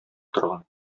торган